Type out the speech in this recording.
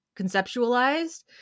conceptualized